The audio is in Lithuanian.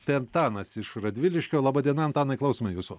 tai antanas iš radviliškio laba diena antanai klausome jūsų